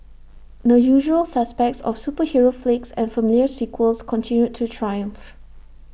the usual suspects of superhero flicks and familiar sequels continued to triumph